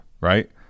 right